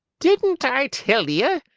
didn't i tell ye?